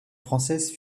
française